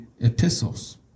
epistles